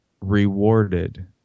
rewarded